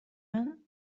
men